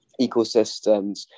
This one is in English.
ecosystems